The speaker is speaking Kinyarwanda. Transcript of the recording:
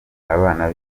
abana